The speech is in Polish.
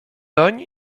doń